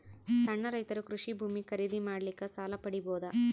ಸಣ್ಣ ರೈತರು ಕೃಷಿ ಭೂಮಿ ಖರೀದಿ ಮಾಡ್ಲಿಕ್ಕ ಸಾಲ ಪಡಿಬೋದ?